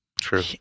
True